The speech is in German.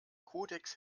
kodex